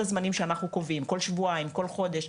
הזמנים שאנחנו קובעים כל שבועיים או כל חודש,